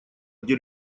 где